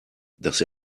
dass